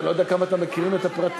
אני לא יודע כמה אתם מכירים את הפרטים.